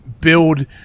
build